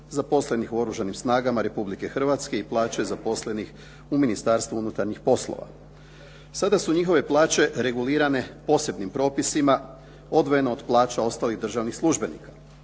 zaposlenih u Oružanim snagama Republike Hrvatske i plaće zaposlenih u Ministarstvu unutarnjih poslova. Sada su njihove plaće regulirane posebnim propisima odvojeno od plaća ostalih državnih službenika.